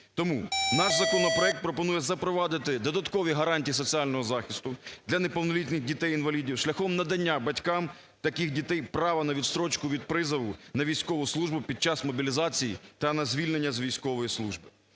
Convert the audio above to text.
Тому наш законопроект пропонує запровадити додаткові гарантії соціального захисту для неповнолітніх дітей-інвалідів шляхом надання батькам таких дітей право на відстрочку від призову на військову службу під час мобілізації та на звільнення з військової служби.